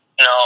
No